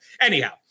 anyhow